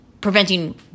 preventing